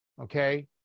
okay